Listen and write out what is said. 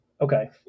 Okay